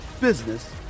business